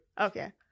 Okay